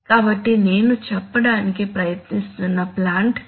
కాబట్టి నేను చెప్పడానికి ప్రయత్నిస్తున్న పాయింట్ ఇది